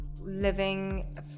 living